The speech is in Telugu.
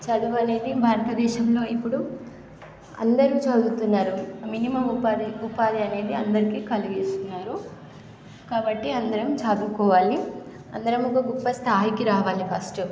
చదువు అనేది భారతదేశంలో ఇప్పుడు అందరు చదువుతున్నారు మినిమం ఉపాధి ఉపాధి అనేది అందరికి కలిగిస్తున్నారు కాబట్టీ అందరం చదువుకోవాలి అందరం ఒక గొప్ప స్థాయికి రావాలి ఫస్ట్